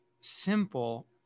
simple